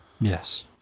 Yes